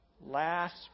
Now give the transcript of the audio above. last